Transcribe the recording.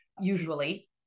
usually